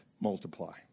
multiply